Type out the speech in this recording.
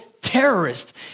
terrorist